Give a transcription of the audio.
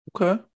Okay